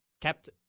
kept